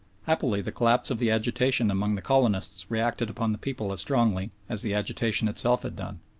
happily the collapse of the agitation among the colonists reacted upon the people as strongly as the agitation itself had done.